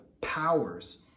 powers